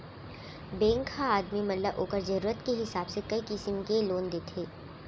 bank ह आदमी मन ल ओकर जरूरत के हिसाब से कई किसिम के लोन देथे